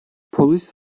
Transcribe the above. polis